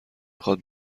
خواد